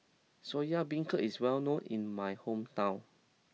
Soya Beancurd is well known in my hometown